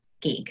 gig